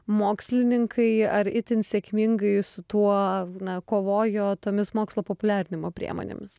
mokslininkai ar itin sėkmingai su tuo na kovojo tomis mokslo populiarinimo priemonėmis